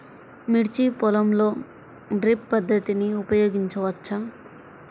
మిర్చి పొలంలో డ్రిప్ పద్ధతిని ఉపయోగించవచ్చా?